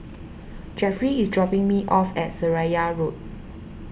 Jeffery is dropping me off at Seraya Road